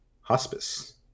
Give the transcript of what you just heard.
hospice